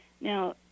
now